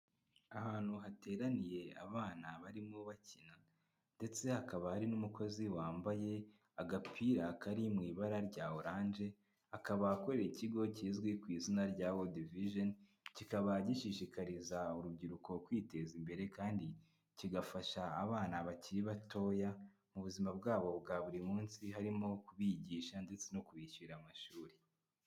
Ahantu hateraniye abana barimo bakina ndetse hakaba hari n'umukozi wambaye agapira kari mu ibara rya orange akaba akorera ikigo kizwi ku izina rya wodi vijeni, kikaba gishishikariza urubyiruko kwiteza imbere kandi kigafasha abana bakiri batoya mu buzima bwabo bwa buri munsi harimo kubigisha ndetse no kwishyura amashuri.